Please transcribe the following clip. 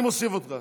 אני מוסיף אותך.